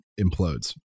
implodes